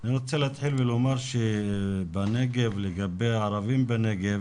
אני רוצה להתחיל ולומר שלגבי הערבים בנגב